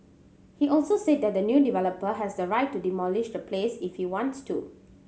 he also said that the new developer has the right to demolish the place if he wants to